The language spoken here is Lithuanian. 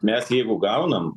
mes jeigu gaunam